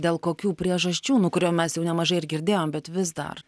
dėl kokių priežasčių kurių mes jau nemažai ir girdėjom bet vis dar